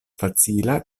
facila